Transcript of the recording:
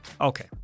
Okay